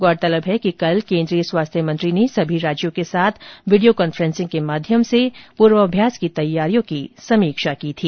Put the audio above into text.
गौरतलब है कि कल केन्द्रीय स्वास्थ्य मंत्री ने सभी राज्यों के साथ वीडियो कांफ्रेसिंग के माध्यम से साथ पूर्वाभ्यास की तैयारियों की समीक्षा की थी